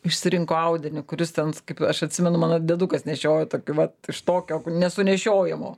išsirinko audinį kuris tens kaip aš atsimenu mano dėdukas nešiojo tokį vat iš tokio nesunešiojamo